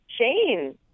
Shane